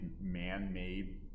man-made